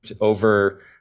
over